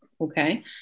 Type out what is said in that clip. okay